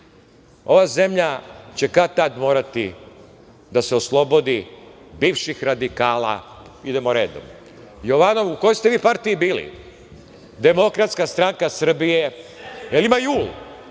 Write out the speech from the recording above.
Ova zemlja će kad tad morati da se oslobodi bivših radikala. Idemo redom. Jovanov, u kojoj ste vi partiji bili? Demokratska stranka Srbije. Jel ima JUL,